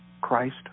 Christ